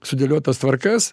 sudėliotas tvarkas